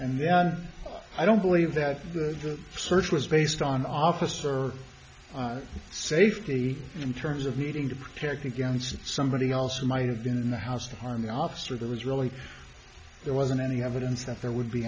and then i don't believe that the search was based on officer safety in terms of needing to protect against somebody else who might have been in the house to harm the officer that was really there wasn't any evidence that there would be